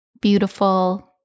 beautiful